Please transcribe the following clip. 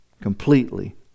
completely